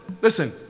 listen